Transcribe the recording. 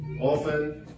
Often